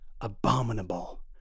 abominable